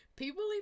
people